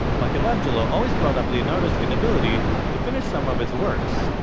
michelangelo always brought up leonardo's inability to finish some of his works,